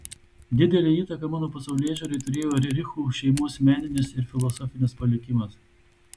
didelę įtaką mano pasaulėžiūrai turėjo rerichų šeimos meninis ir filosofinis palikimas